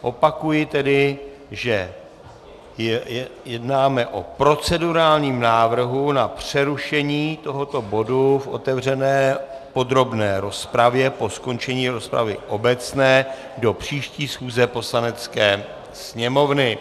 Opakuji, že jednáme o procedurálním návrhu na přerušení tohoto bodu v otevřené podrobné rozpravě po skončení rozpravy obecné do příští schůze Poslanecké sněmovny.